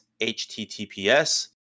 https